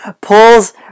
pulls